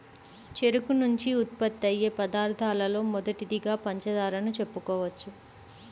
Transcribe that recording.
చెరుకు నుంచి ఉత్పత్తయ్యే పదార్థాలలో మొదటిదిగా పంచదారను చెప్పుకోవచ్చు